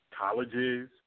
colleges